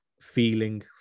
feeling